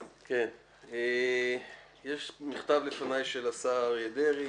יש לפניי מכתב של השר אריה דרעי,